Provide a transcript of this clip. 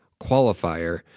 qualifier